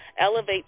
elevate